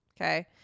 Okay